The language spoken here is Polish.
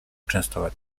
częstować